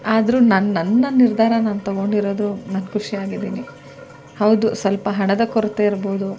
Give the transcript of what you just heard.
ಆದರೂ ನಾನು ನನ್ನ ನಿರ್ಧಾರ ನಾನು ತಗೊಂಡಿರೋದು ನಾನು ಖುಷಿಯಾಗಿದ್ದೀನಿ ಹೌದು ಸ್ವಲ್ಪ ಹಣದ ಕೊರತೆ ಇರ್ಬೋದು